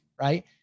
right